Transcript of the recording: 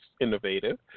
innovative